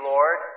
Lord